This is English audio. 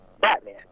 Batman